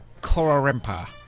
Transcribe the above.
Kororimpa